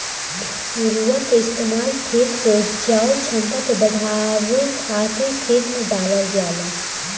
उर्वरक के इस्तेमाल खेत के उपजाऊ क्षमता के बढ़ावे खातिर खेत में डालल जाला